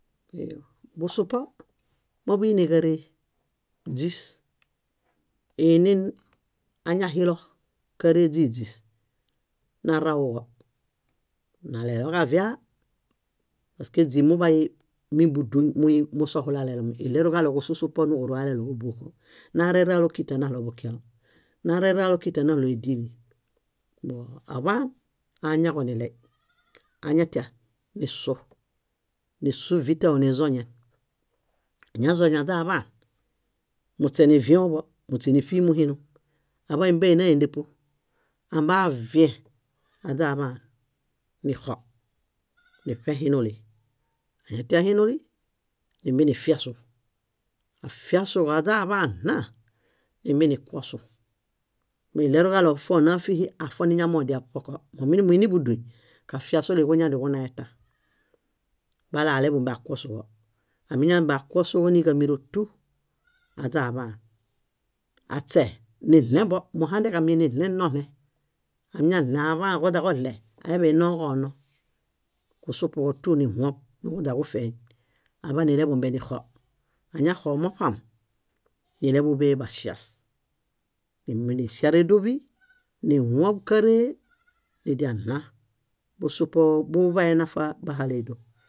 Busupo, moḃuini ġáree źís, iinin añahilo káree źíźís narauġo naleloġaviaa; paske źís muḃay min búdun musohulalomi, ileruġaɭo kusupo nuġurualelo kóbuoko. Nareraalo kíta naɭo bukielõ, nareraalo kíta naɭo édilin. Mbõ oḃaan aañaġo niley. Añatia nisu, nisu vítao nizoñeñ, añazoñeñ aźaḃaan, muśe nivĩoḃo, muśe níṗiimu hinum aḃã mímbiena éndepu ambaviẽ aźaḃaan nixo, niṗẽ hinuli. Atiãhinuli, nímbie nifiasu, afiasuġo aźaḃaan nna, nímbie nikuosu. Mee ileruġaɭo fona fíhi afoniñamodia ṗoko. Omunumuini búduñ, kafiasuli kuñadianiġuna etã bala áleḃumbie akosuġo. Ámiñambie akosuġo níġamiro tú aźaḃaan. Aśe niɭembo, mohandeġamieŋ niɭen nolẽ. Amiñaɭẽ aḃã koźaġoɭe, ayaḃã ninoġono. Kusupuġo tú nihũoṗ niġuźaniġufeeñ aḃã níleḃumbe nixo. Añaxo moṗam, níleḃuḃe baŝias. Nimḃie niŝarédoḃi, nihõṗ káreehe, nidia nna. Busupo buḃaḃaenafa bahale édoṗ.